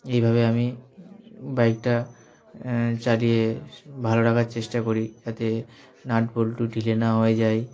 এইভাবে আমি বাইকটা চালিয়ে ভালো রাখার চেষ্টা করি যাতে নাট বল্টু ঢিলে না হয়ে যায়